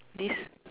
this